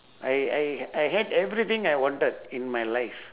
I I I had everything I wanted in my life